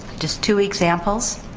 just two examples.